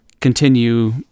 continue